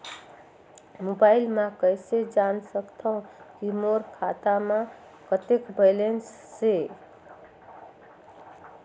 Mobile म कइसे जान सकथव कि मोर खाता म कतेक बैलेंस से?